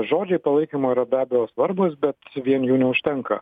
žodžiai palaikymo yra be abejo svarbūs bet vien jų neužtenka